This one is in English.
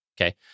okay